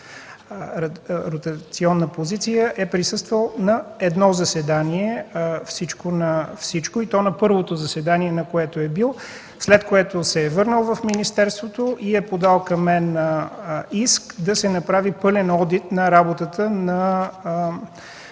е присъствал на едно заседание, и то на първото заседание, на което е бил. След което се е върнал в министерството и е подал към мен иск да се направи пълен одит на работата на